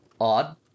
odd